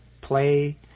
play